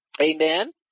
Amen